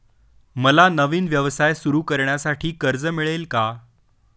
मला नवीन व्यवसाय सुरू करण्यासाठी कर्ज मिळेल का?